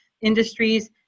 industries